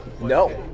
No